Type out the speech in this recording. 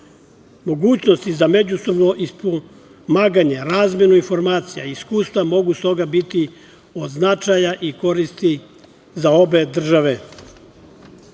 Mogućnosti za međusobno ispomaganje, razmenu informacija i iskustva mogu stoga biti od značaja za obe